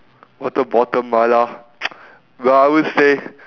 water bottle mala well I would say